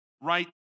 right